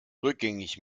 rückgängig